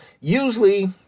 usually